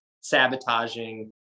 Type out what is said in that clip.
sabotaging